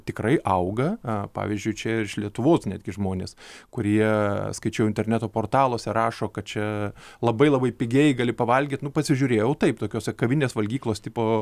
tikrai auga pavyzdžiui čia ir iš lietuvos netgi žmonės kurie skaičiau interneto portaluose rašo kad čia labai labai pigiai gali pavalgyt nu pasižiūrėjau taip tokiose kavinės valgyklos tipo